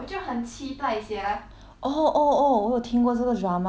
oh oh oh 我有听过这个 drama it's called 琉璃 I think